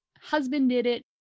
husband-did-it